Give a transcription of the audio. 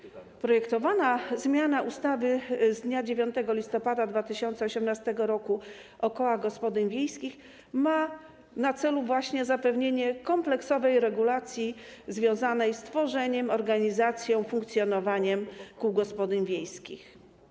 Projektowana zmiana ustawy z dnia 9 listopada 2018 r. o kołach gospodyń wiejskich ma na celu zapewnienie kompleksowej regulacji związanej z tworzeniem, organizacją i funkcjonowaniem kół gospodyń wiejskich.